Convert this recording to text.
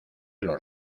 los